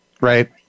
right